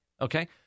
Okay